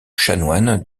chanoine